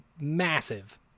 massive